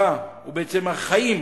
בעצם תוחלת החיים